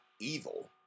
evil